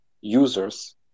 users